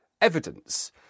evidence